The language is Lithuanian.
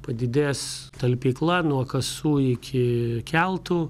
padidės talpykla nuo kasų iki keltų